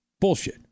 Bullshit